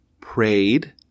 prayed